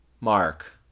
mark